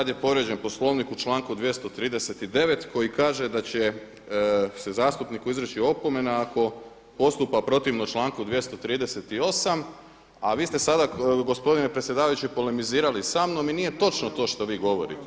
Sad je povrijeđen Poslovnik u članku 239. koji kaže da će se zastupniku izreći opomena ako postupa protivno članku 238., a vi ste sada gospodine predsjedavajući polemizirali samnom i nije točno to što vi govorite.